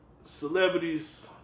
celebrities